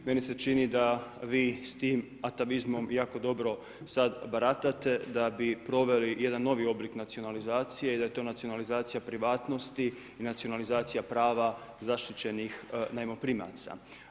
Meni se čini da vi s tim atavizmom jako dobro sada baratate da bi proveli jedan novi oblik nacionalizacije i da je to nacionalizacija privatnosti i nacionalizacija prava zaštićenih najmoprimaca.